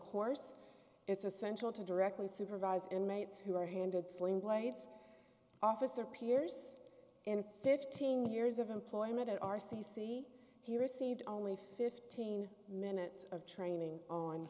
course it's essential to directly supervise inmates who are handed sling blades officer peers in fifteen years of employment at our c c he received only fifteen minutes of training on